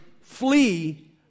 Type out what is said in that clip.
flee